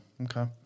okay